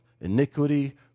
iniquity